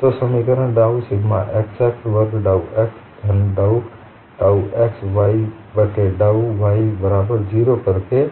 तो समीकरण डाउ सिग्मा xx वर्ग डाउ x धन डाउ टाउ x y बट्टे डाउ y बराबर 0 के करके